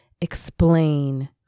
explain